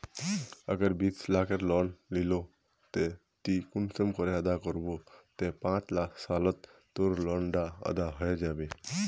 अगर बीस लाखेर लोन लिलो ते ती कुंसम करे अदा करबो ते पाँच सालोत तोर लोन डा अदा है जाबे?